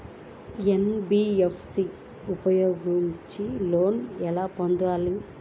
NBFC ఉపయోగించి loan ఎలా పొందాలి?